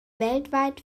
weltweit